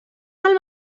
del